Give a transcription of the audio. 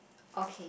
okay